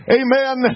amen